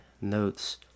notes